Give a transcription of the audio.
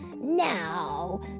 Now